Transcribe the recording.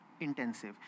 intensive